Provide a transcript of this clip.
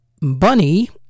Bunny